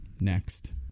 Next